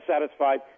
satisfied